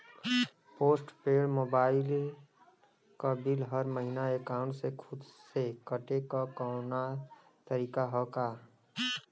Post paid mobile क bill हर महिना एकाउंट से खुद से कटे क कौनो तरीका ह का?